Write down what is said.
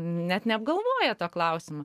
net neapgalvoja to klausimo